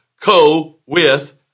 co-with